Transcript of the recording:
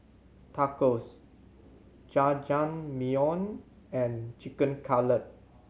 Tacos Jajangmyeon and Chicken Cutlet